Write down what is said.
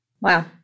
Wow